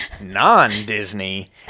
non-Disney